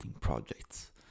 Projects